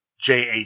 jac